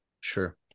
Sure